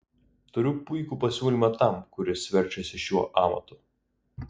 turiu puikų pasiūlymą tam kuris verčiasi šiuo amatu